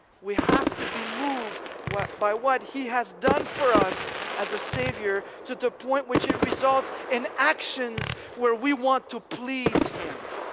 we have to be moved by what he has done for us as a saviour to the point which it results in actions where we want to please him,